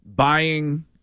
Buying